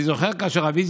אני זוכר כאשר אבי,